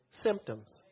symptoms